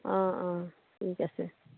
অঁ অঁ ঠিক আছে